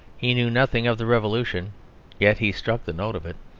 he knew nothing of the revolution yet he struck the note of it.